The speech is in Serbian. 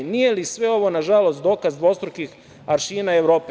Nije li sve ovo nažalost dokaz dvostrukih aršina Evrope?